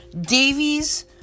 Davies